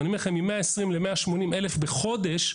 מ-120,000 ל-180,000 בחודש,